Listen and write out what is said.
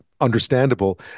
understandable